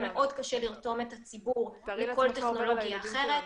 מאוד קשה לרתום את הציבור לבחון טכנולוגיה האחרת.